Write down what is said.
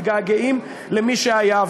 מתגעגעים למי שהיה.